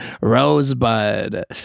Rosebud